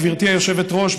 גברתי היושבת-ראש,